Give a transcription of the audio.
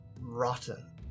rotten